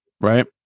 right